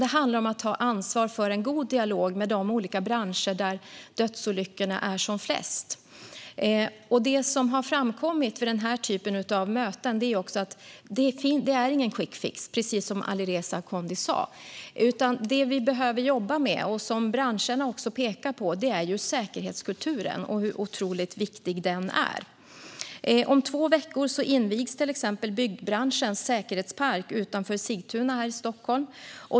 Det handlar om att ta ansvar för en god dialog med de branscher där dödsolyckorna är flest. Det som har framkommit vid den här typen av möten är att det inte finns någon quick fix, precis som Alireza Akhondi sa. Det vi behöver jobba med och som branscherna också pekar på är säkerhetskulturen och hur viktig den är. Om två veckor invigs till exempel byggbranschens säkerhetspark utanför Sigtuna.